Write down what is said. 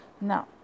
now